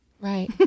Right